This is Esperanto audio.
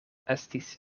estis